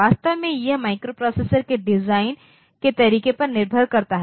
वास्तव में यह माइक्रोप्रोसेसर के डिजाइन के तरीके पर निर्भर करता है